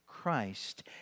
Christ